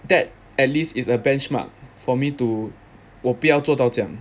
that at least is a benchmark for me to 我不要做到这样